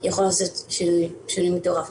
יכול לעשות שינוי מטורף.